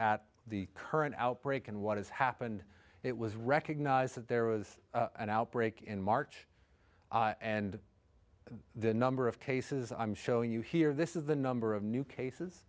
at the current outbreak and what has happened it was recognized that there was an outbreak in march and the number of cases i'm showing you here this is the number of new cases